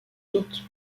toute